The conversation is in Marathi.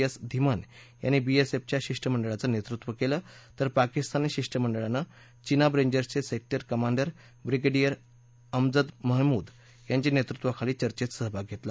एस धीमन यांनी बीएसएफच्या शिष्टमंडळाचं नेतृत्व केलं तर पाकिस्तानी शिष्टमंडळानं चिनाब रेंजर्सचे sector commander brigadier Amjad Mahmood यांच्या नेतृत्वाखाली चर्चेत सहभाग घेतला